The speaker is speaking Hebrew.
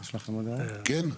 כן?